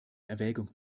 erwägung